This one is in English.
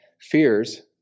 fears